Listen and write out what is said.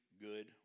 good